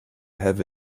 have